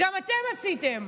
"גם אתם עשיתם".